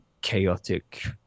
chaotic